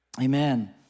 amen